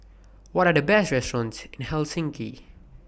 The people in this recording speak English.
What Are The Best restaurants in Helsinki